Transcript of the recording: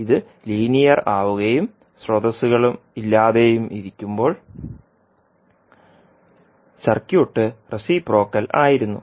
ഇത് ലീനിയർ ആവുകയും സ്രോതസ്സുകൾ ഇല്ലാതെയും ഇരിക്കുമ്പോൾ സർക്യൂട്ട് റെസിപ്രോക്കൽ ആയിരുന്നു